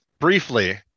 Briefly